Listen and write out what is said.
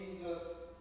Jesus